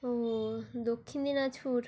ও Dakshin Dinajpur